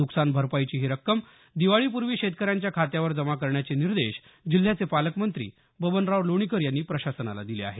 न्कसान भरपाईची ही रक्कम दिवाळीपूर्वी शेतकऱ्यांच्या खात्यावर जमा करण्याचे निर्देश जिल्ह्याचे पालकमंत्री बबनराव लोणीकर यांनी प्रशासनाला दिले आहेत